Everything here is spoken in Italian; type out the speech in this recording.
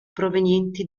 provenienti